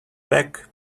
back